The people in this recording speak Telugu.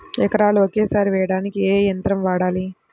ఎకరాలు ఒకేసారి వేయడానికి ఏ యంత్రం వాడాలి?